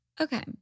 Okay